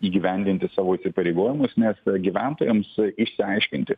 įgyvendinti savo įsipareigojimus nes gyventojams išsiaiškinti